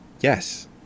Yes